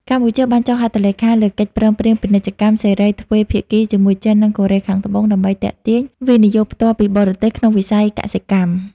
កម្ពុជាបានចុះហត្ថលេខាលើកិច្ចព្រមព្រៀងពាណិជ្ជកម្មសេរីទ្វេភាគីជាមួយចិន និងកូរ៉េខាងត្បូង ដើម្បីទាក់ទាញ វិនិយោគផ្ទាល់ពីបរទេស ក្នុងវិស័យកសិកម្ម។